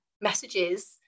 messages